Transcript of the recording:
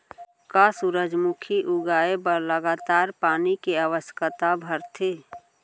का सूरजमुखी उगाए बर लगातार पानी के आवश्यकता भरथे?